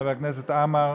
חבר הכנסת עמאר,